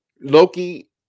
Loki